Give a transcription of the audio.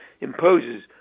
imposes